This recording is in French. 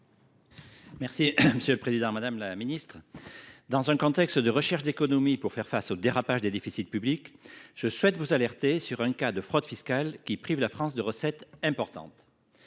et numérique. Madame la ministre, dans un contexte de recherche d’économies pour faire face au dérapage des déficits publics, je souhaite vous alerter sur un cas de fraude fiscale qui prive la France de recettes importantes.